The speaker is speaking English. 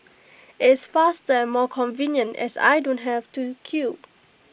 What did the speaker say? IT is faster and more convenient as I don't have to queue